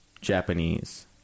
Japanese